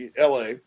LA